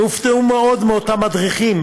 והופתעו מאוד מאותם מדריכים